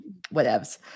whatevs